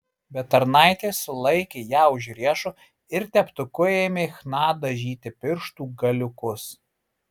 bet tarnaitė sulaikė ją už riešo ir teptuku ėmė chna dažyti pirštų galiukus